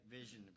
vision